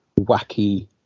wacky